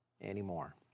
anymore